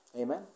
Amen